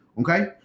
Okay